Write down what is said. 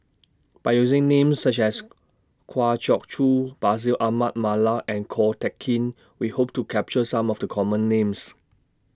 By using Names such as Kwa Geok Choo Bashir Ahmad Mallal and Ko Teck Kin We Hope to capture Some of The Common Names